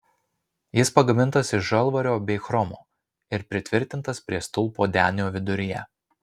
jis pagamintas iš žalvario bei chromo ir pritvirtintas prie stulpo denio viduryje